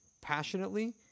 passionately